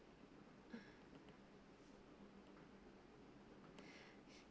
uh